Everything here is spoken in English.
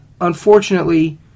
unfortunately